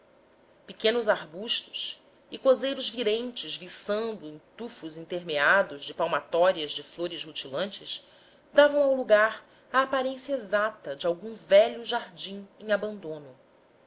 pequenos arbustos icozeiros virentes viçando em tufos intermeados de palmatórias de flores rutilantes davam ao lugar a aparência exata de algum velho jardim em abandono